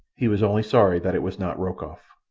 he was only sorry that it was not rokoff.